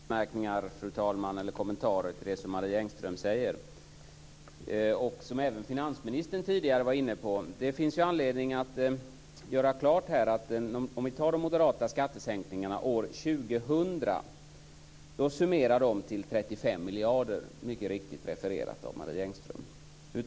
Fru talman! Jag skall göra några anmärkningar, eller kommentarer, till det som Marie Engström sade och som även finansministern tidigare var inne på. Det finns anledning att här göra klart följande. De moderata skattesänkningarna år 2000 är 35 miljarder. Det var mycket riktigt refererat av Marie Engström.